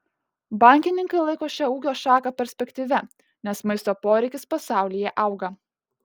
bankininkai laiko šią ūkio šaką perspektyvia nes maisto poreikis pasaulyje auga